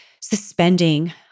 suspending